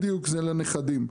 בדיוק, זה לנכדים.